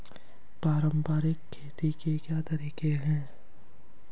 पारंपरिक खेती के तरीके क्या हैं?